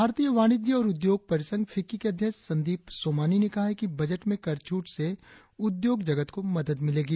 भारतीय वाणिज्य और उद्योग परिसंघ फिक्की के अध्यक्ष संदीप सोमानी ने कहा कि बजट में कर छूट से उद्योग जगत को मदद मिलेगी